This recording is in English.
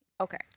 Okay